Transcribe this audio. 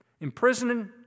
imprisoning